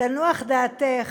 תנוח דעתך.